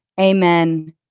Amen